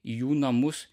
į jų namus